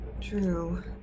True